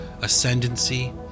ascendancy